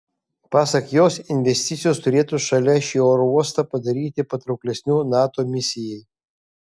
pasak jos investicijos turėtų šalia šį oro uostą padaryti patrauklesniu nato misijai